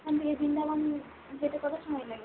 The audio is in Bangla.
ওখান থেকে বৃন্দাবন যেতে কতো সময় লাগে